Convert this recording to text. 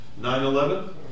9-11